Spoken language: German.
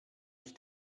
ich